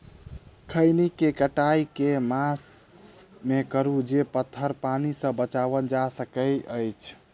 खैनी केँ कटाई केँ मास मे करू जे पथर पानि सँ बचाएल जा सकय अछि?